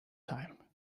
time